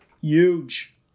Huge